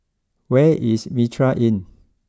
where is Mitraa Inn